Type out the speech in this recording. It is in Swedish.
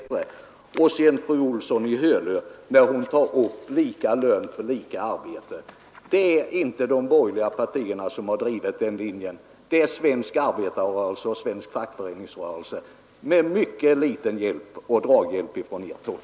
Slutligen tog fru Olsson i Hölö upp frågan om lika lön för lika arbete; men det är inte de borgerliga partierna som har drivit den linjen. Det är svensk arbetarrörelse och svensk fackföreningsrörelse som har gjort det — med mycket liten draghjälp från ert håll!